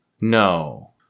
No